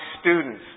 students